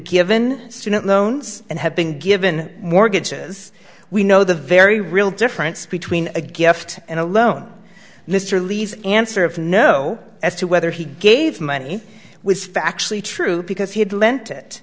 given student loans and have been given mortgages we know the very real difference between a gift and a loan mr lee's answer of no as to whether he gave money was factually true because he had lent it